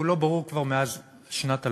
והוא לא ברור כבר מאז שנת 2001: